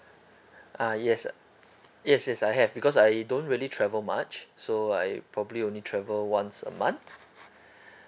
uh yes yes yes I have because I don't really travel much so I probably only travel once a month